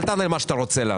אל תענה על מה שאתה רוצה.